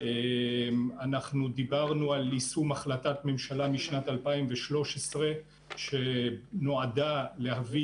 אנחנו דיברנו על יישום החלטת ממשלה משנת 2013 שנועדה להביא